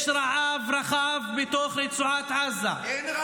יש רעב רחב בתוך רצועת עזה, אין רעב.